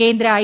കേന്ദ്ര ഐ